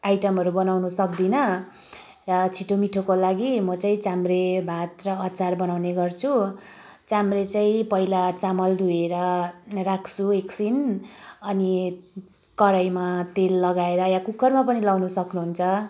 आइटमहरू बनाउनु सक्दिनँ र छिटोमिठोको लागि म चाहिँ चाम्रे भात र अचार बनाउने गर्छु चाम्रे चाहिँ पहिला चामल धोएर राख्छु एकछिन अनि कराहीमा तेल लगाएर या कुकरमा पनि लाउन सक्नुहुन्छ